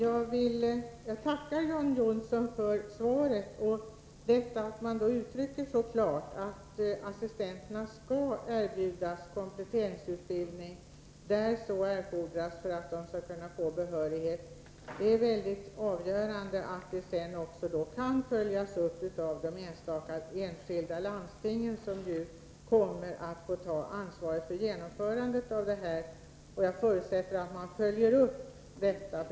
Fru talman! Jag tackar John Johnsson för hans svar. Det kommer klart till uttryck att assistenterna skall erbjudas kompletteringsutbildning där så erfordras för att de skall kunna få behörighet. Det är avgörande att detta sedan följs upp av de enskilda landstingen, som ju kommer att få ta ansvaret för genomförandet. Jag förutsätter att man följer upp frågan.